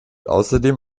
außerdem